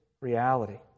reality